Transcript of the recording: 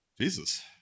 Jesus